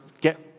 get